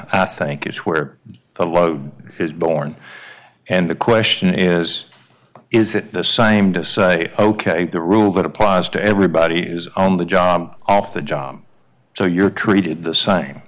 i think it's where a load is born and the question is is it the same to say ok the rule that applies to everybody is on the job off the job so you're treated the same